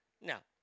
Now